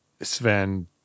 Sven